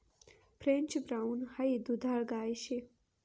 French brown high दुधाळ गाय शे